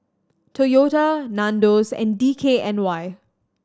Toyota Nandos and D K N Y